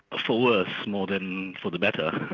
for worse, more than for the better.